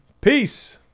peace